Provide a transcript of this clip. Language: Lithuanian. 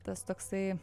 tas toksai